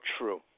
true